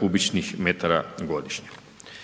kubičnih metara godišnje.